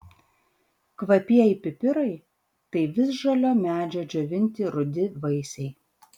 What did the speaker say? kvapieji pipirai tai visžalio medžio džiovinti rudi vaisiai